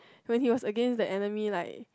when he was against the enemy like